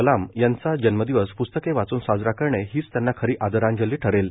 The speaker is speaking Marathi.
कलाम यांचा जन्मदिवस प्स्तके वाचून साजरा करणे हीच त्यांना खरी आदरांजली ठरेल